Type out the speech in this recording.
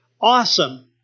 Awesome